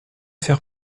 faire